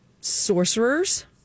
sorcerers